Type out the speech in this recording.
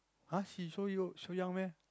!huh! she so you so young meh